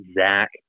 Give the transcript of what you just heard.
Zach